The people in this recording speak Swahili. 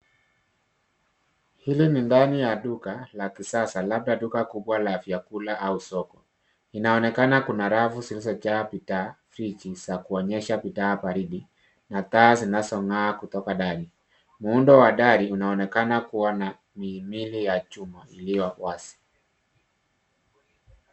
Hilo ni ndani ya duka la kisasa labda duka kubwa la vyakula au soko. Inaonekana kuna rafu zilizojaa bidhaa friji za kuonyesha bidhaa baridi na taa zinazongaa kutoka dari. Muundo wa dari unaonekana kuwa na mihimili ya chuma iliyo wazi.